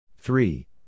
Three